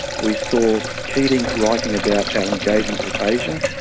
we saw keating writing about our engagement with asia,